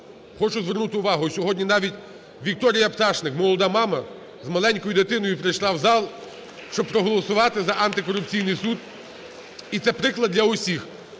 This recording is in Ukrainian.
Хочу звернути увагу, сьогодні навіть Вікторія Пташник, молода мама, з маленькою дитиною прийшла в зал, щоб проголосувати за антикорупційний суд. І це приклад для всіх.